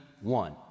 one